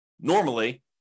normally